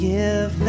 give